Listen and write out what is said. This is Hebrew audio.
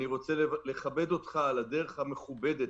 אני רוצה לברך אותך על הדרך המכובדת,